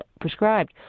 prescribed